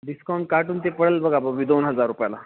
discount काटून ते पडेल बघा बा दो हजार रुपयाला